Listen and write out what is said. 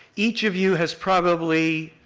each of you has probably